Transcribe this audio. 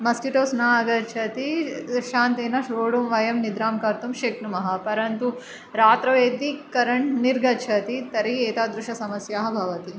mosquitoes न आगच्छति शान्तेन शोडुं वयं निद्रां कर्तुं शक्नुमः परन्तु रात्रौ यदि करेन्ट् निर्गच्छति तर्हि एतादृशसमस्याः भवति